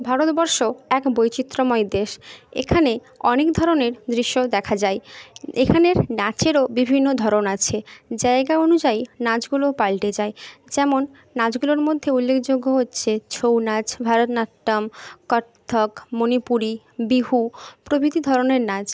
ভারতবর্ষ এক বৈচিত্র্যময় দেশ এখানে অনেক ধরনের দৃশ্যও দেখা যায় এখানের নাচেরও বিভিন্ন ধরন আছে জায়গা অনুযায়ী নাচগুলোও পাল্টে যায় যেমন নাচগুলোর মধ্যে উল্লেখযোগ্য হচ্ছে ছৌ নাচ ভরতনাট্যম কত্থক মণিপুরি বিহু প্রভৃতি ধরনের নাচ